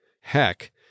Heck